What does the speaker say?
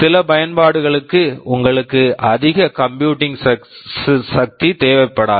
சில பயன்பாடுகளுக்கு உங்களுக்கு அதிக கம்ப்யூட்டிங் computing சக்தி தேவைப்படாது